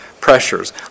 pressures